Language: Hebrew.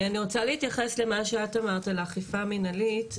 אני רוצה להתייחס למה שאת אמרת על האכיפה המנהלית,